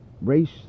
race